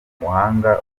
umuhanga